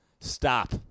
stop